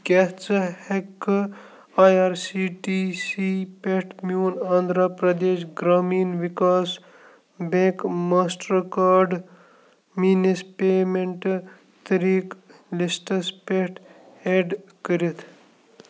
کیٛاہ ژٕ ہٮ۪کٕکھ I R C T C پٮ۪ٹھ میٛون Andhra Pradesh Grameen Vikas bank master card میٛٲنِس پیمٮ۪نٛٹہٕ طریٖقہٕ لِسٹَس پٮ۪ٹھ اٮ۪ڈ کٔرِتھ